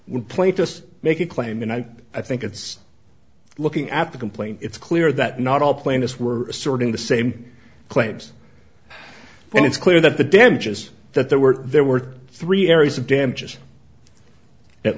would play to make a claim and i think it's looking at the complaint it's clear that not all plaintiffs were sorting the same claims but it's clear that the damages that there were there were three areas of damages at